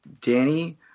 Danny